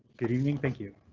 good evening, thank you.